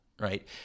right